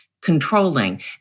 controlling